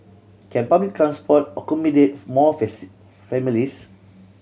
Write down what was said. can public transport accommodate more families